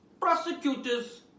Prosecutors